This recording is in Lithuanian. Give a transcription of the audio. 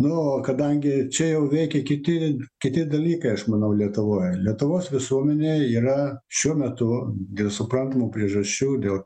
nu o kadangi čia jau veikia kiti kiti dalykai aš manau lietuvoj lietuvos visuomenė yra šiuo metu dėl suprantamų priežasčių dėl